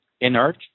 inert